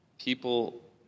people